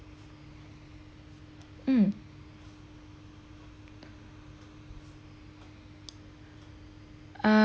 mm uh